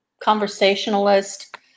conversationalist